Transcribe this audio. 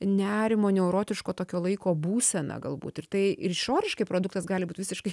nerimo neurotiško tokio laiko būseną galbūt ir tai ir išoriškai produktas gali būt visiškai